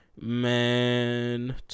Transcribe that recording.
Man